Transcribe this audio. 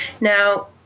Now